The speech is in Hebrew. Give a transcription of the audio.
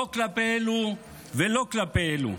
לא כלפי אלו ולא כלפי אלו.